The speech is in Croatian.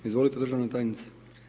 Izvolite državna tajnice.